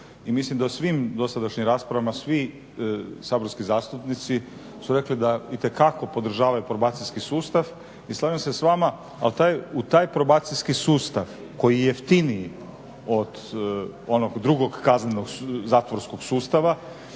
i mislim da u svim dosadašnjim raspravama svi saborski zastupnici su rekli da itekako podržavaju probacijski sustav i slažem se s vama, u taj probacijski sustav koji je jeftiniji od onog drugog kaznenog, zatvorskog sustava